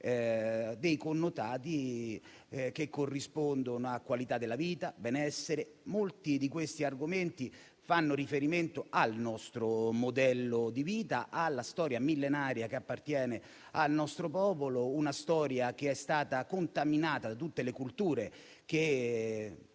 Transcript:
dei connotati che corrispondono a qualità della vita e benessere. Molti di questi argomenti fanno riferimento al nostro modello di vita, alla storia millenaria che appartiene al nostro popolo; una storia che è stata contaminata da tutte le culture che